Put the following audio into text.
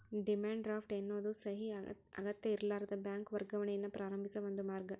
demand draft ಎನ್ನೋದು ಸಹಿ ಅಗತ್ಯಇರ್ಲಾರದ ಬ್ಯಾಂಕ್ ವರ್ಗಾವಣೆಯನ್ನ ಪ್ರಾರಂಭಿಸೋ ಒಂದ ಮಾರ್ಗ